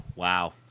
Wow